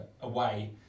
away